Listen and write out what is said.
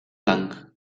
blanc